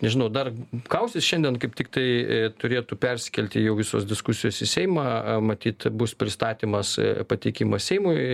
nežinau dar kausis šiandien kaip tiktai turėtų perskelti jau visos diskusijos į seimą matyt bus pristatymas pateikimas seimui